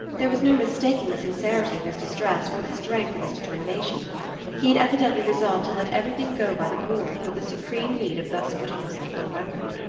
there was no mistaking the sincerity of his distress or the strength of his determination he had evidently resolved to let everything go by the board but the supreme need of thus putting himself on record.